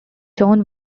john